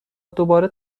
دوباره